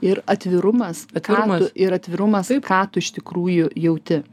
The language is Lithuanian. ir atvirumas atvirumas ir atvirumas ką tu iš tikrųjų jauti